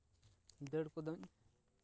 ᱫᱟᱹᱲ ᱠᱚᱫᱚᱧ